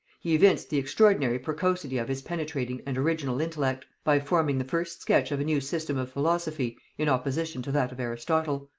he evinced the extraordinary precocity of his penetrating and original intellect, by forming the first sketch of a new system of philosophy in opposition to that of aristotle.